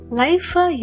life